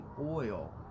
oil